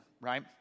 right